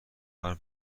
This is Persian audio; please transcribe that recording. حرف